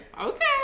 okay